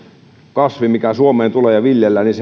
kasvi mikä suomeen tulee ja mitä viljellään